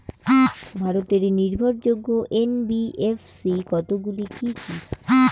ভারতের নির্ভরযোগ্য এন.বি.এফ.সি কতগুলি কি কি?